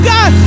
God